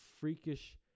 freakish